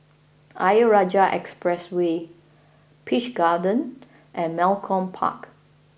Ayer Rajah Expressway Peach Garden and Malcolm Park